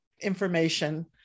information